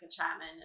Chapman